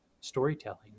storytelling